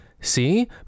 see